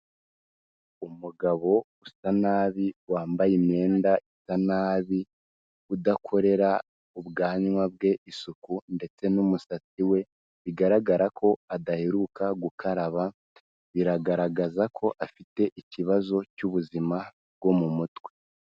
Umugabo usa nabi, wambaye imyenda isa nabi, udakorera ubwanwa bwe isuku ndetse n'umusatsi we, bigaragara ko adaheruka gukaraba, biragaragaza ko afite ikibazo cy'ubuzima bwo mu mutwe.